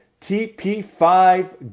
TP5